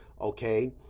okay